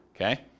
okay